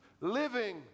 living